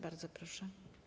Bardzo proszę.